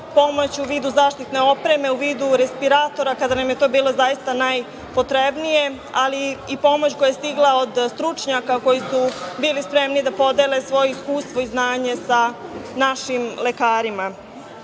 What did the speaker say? pomoć u vidu zaštitne opreme, u vidu respiratora kada nam je to bilo zaista najpotrebnije, ali i pomoć koja je stigla od stručnjaka koji su bili spremni da podele svoje iskustvo i znanje sa našim lekarima. Dakle,